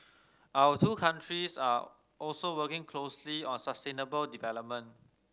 our two countries are also working closely on sustainable development